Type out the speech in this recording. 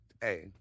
Hey